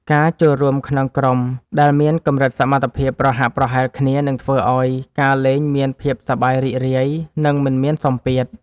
ការចូលរួមក្នុងក្រុមដែលមានកម្រិតសមត្ថភាពប្រហាក់ប្រហែលគ្នានឹងធ្វើឱ្យការលេងមានភាពសប្បាយរីករាយ និងមិនមានសម្ពាធ។